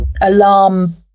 alarm